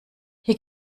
hier